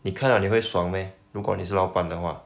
你看到你会爽 meh 如果你是老板的话